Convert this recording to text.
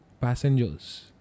passengers